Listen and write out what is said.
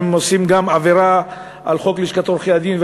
והם עוברים גם עבירה על חוק לשכת עורכי-הדין,